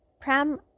Pram